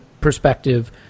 perspective